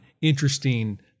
interesting